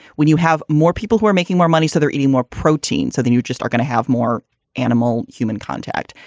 when you have more people who are making more money, so they're eating more protein, so then you just are going to have more animal human contact.